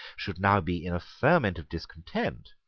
should now be in a ferment of discontent,